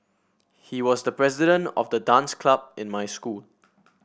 he was the president of the dance club in my school